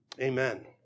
Amen